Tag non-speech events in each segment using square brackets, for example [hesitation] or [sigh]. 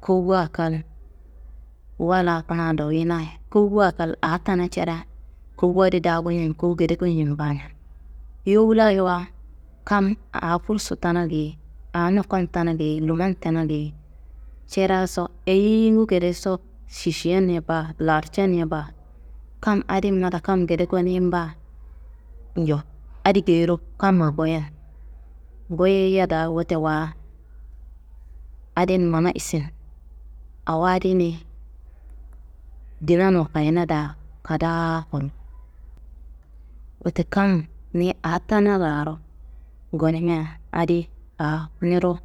Kowuwa kal, woa laa kuna doyinayi kowuwa kal aa tena cera kowu adi daa goñen, kowu gede goñen ba ñan. Yowu laa wayi kam aa gursu tana geyi, aa ndokon tena geyi, luman tena geyi cereaso eyingu gedeso šišeni- ye baa, larceni ye baa. Kam adin mada kam gede gonin baa nju, adi geyiro kamma goyen, goyeya da wote wa adin mana issin awo adi ni, dinan wakayina daa kadaa kuro. Wote kam ni aa tana laaro gonima adiyi aa niro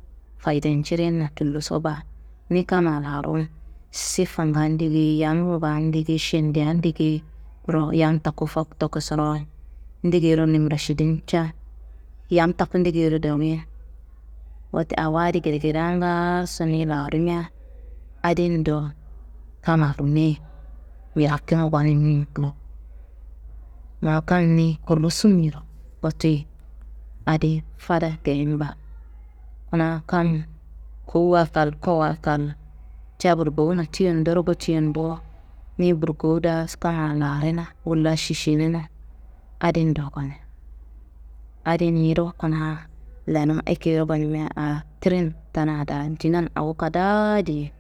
fadencirinna tulloso baa, ni kamma larun sifanga ndegeyi, yamngu baa ndegeyi, šendeya ndegeyiro yam taku fokto kosorowo, ndegeyiro nimrašidinca, yam taku ndegeyiro dowuyin. Wote awo adi gedegedea ngaaso niyi larima adin do, kammaro niyi njirakina gonimin do, ma kam niyi kulu summiyero gottiyi adiyi fada geyin baa. Kuna kam kowuwa kal, koawa kal ca burgowu nottiyendoro gottiyen bo, niyi burgowu daa [hesitation] kamma larrena wolla šišinena adin do gone, adi niyiro kuna lenum ekeyiro gonima aa tirin tena daa dinan awo kadaa diye.